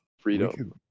Freedom